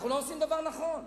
אנחנו לא עושים דבר נכון.